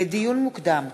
לדיון מוקדם: